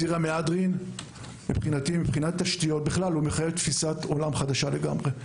ציר המהדרין מחייב תפיסת עולם חדשה לגמרי,